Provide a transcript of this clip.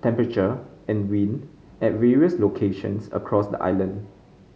temperature and wind at various locations across the island